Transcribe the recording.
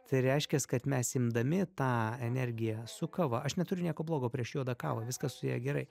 tai reiškias kad mes imdami tą energiją su kava aš neturiu nieko blogo prieš juodą kavą viskas su ja gerai